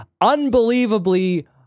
Unbelievably